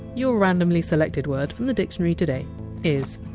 your randomly selected word from the dictionary today is!